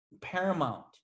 paramount